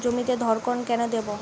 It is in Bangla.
জমিতে ধড়কন কেন দেবো?